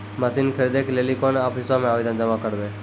Machine खरीदै के लेली कोन आफिसों मे आवेदन जमा करवै?